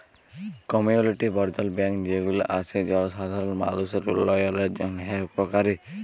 community বর্ধল bank যে গুলা আসে জলসাধারল মালুষের উল্যয়নের জন্হে উপকারী